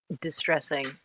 distressing